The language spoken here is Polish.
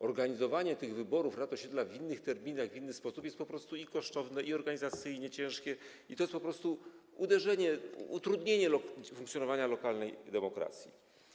Organizowanie tych wyborów rad osiedla w innych terminach, w inny sposób jest po prostu i kosztowne, i organizacyjnie ciężkie, i to jest po prostu utrudnienie funkcjonowania lokalnej demokracji.